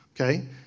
okay